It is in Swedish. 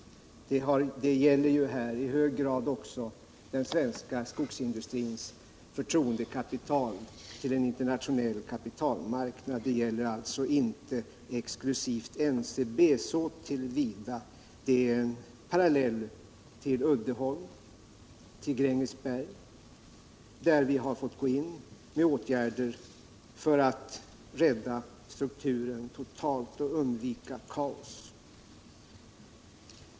Det gäller här i hög grad också den svenska skogsindustrins förtroendekapital på den internationella kapitalmarknaden, det gäller alltså inte exklusivt NCB. Det hela är en parallell till Uddeholm och Grängesberg, där vi har fått gå in med åtgärder för att rädda strukturen totalt och undvika kaos.